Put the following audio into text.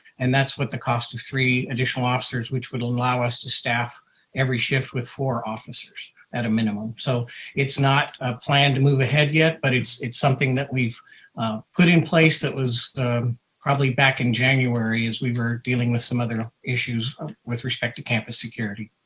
and that's what the cost of three additional officers, which would allow us to staff every shift with four officers at a minimum. so it's not ah plan to move ahead yet, but it's it's something that we've put in place that was probably back in january as we were dealing with some other issues with respect to campus security.